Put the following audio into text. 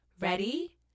Ready